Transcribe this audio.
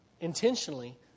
intentionally